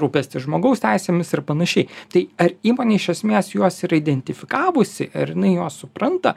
rūpestis žmogaus teisėmis ir panašiai tai ar įmonė iš esmės juos yra identifikavusi ar jinai juos supranta